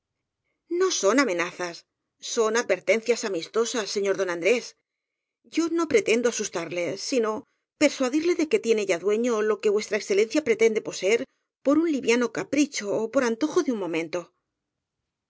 no son amenazas son advertencias amistosas señor don andrés yo no pretendo asustarle sino persuadirle de que tiene ya dueño lo que v e pre tende poseer por un liviano capricho ó por antojo de un momento